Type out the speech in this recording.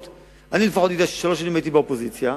אני לפחות יודע ששלוש שנים הייתי באופוזיציה,